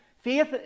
Faith